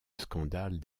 scandale